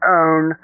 own